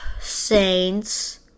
Saints